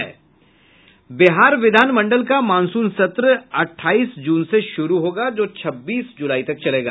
बिहार विधान मंडल का मानसून सत्र अठाईस जून से शुरू होगा जो छब्बीस जुलाई तक चलेगा